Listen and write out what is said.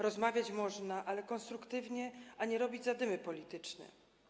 Rozmawiać można, ale konstruktywnie, a nie robić zadymy polityczne.